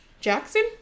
Jackson